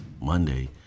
Monday